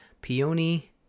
Peony